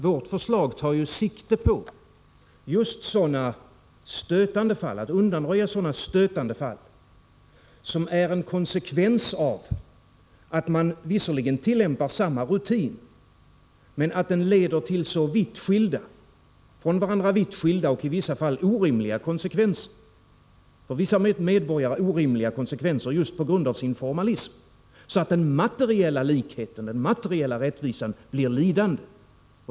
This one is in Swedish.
Vårt förslag tar sikte på att undanröja just sådana stötande fel som är en konsekvens av att man visserligen tillämpar samma rutin men att den leder till så från varandra vitt skilda och för vissa medborgare orimliga konsekvenser, just på grund av sin formalism, att den materiella likheten, den materiella rättvisan, blir lidande.